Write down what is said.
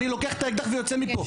אני לוקח את האקדח ויוצא מפה.